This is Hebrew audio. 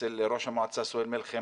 עוד לא קראנו את 5. סליחה,